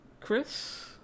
Chris